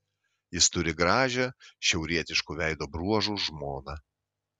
jis turi gražią šiaurietiškų veido bruožų žmoną